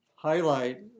highlight